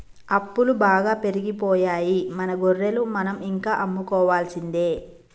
అప్పులు బాగా పెరిగిపోయాయి మన గొర్రెలు మనం ఇంకా అమ్ముకోవాల్సిందే